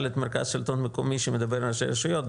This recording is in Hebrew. את המרכז לשלטון מקומי שמדבר על ראשי רשויות,